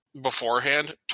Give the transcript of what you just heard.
beforehand